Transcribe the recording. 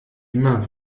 immer